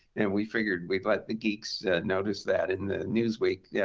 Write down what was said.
and we figured we'd let the geeks notice that in the newsweek. yeah